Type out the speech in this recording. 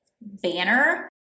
banner